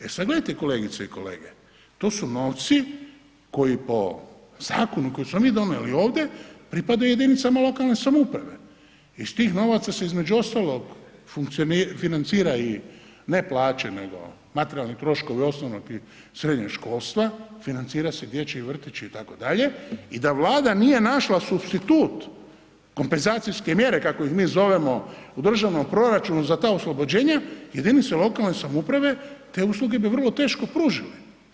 E sad gledajte kolegice i kolege, to su novci koji po zakonu koji smo mi donijeli ovdje pripadaju jedinicama lokalne samouprave, iz tih novaca se između ostalog financira i ne plaće, nego materijalni troškovi osnovnog i srednjeg školstva, financira se dječji vrtić itd. i da Vlada nije našla supstitut kompenzacijske mjere kako ih mi zovemo u državnom proračunu za ta oslobođenja, jedinice lokalne samouprave te usluge bi vrlo teško pružile.